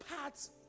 parts